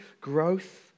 growth